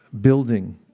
building